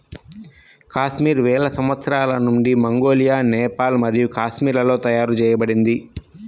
కాశ్మీర్ వేల సంవత్సరాల నుండి మంగోలియా, నేపాల్ మరియు కాశ్మీర్లలో తయారు చేయబడింది